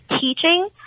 teaching